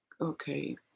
Okay